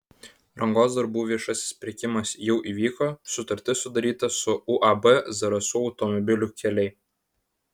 rangos darbų viešasis pirkimas jau įvyko sutartis sudaryta su uab zarasų automobilių keliai